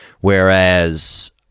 Whereas